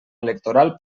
electoral